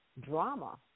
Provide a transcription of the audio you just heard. drama